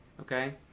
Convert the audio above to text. Okay